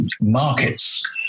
markets